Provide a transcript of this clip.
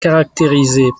caractérisée